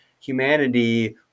humanity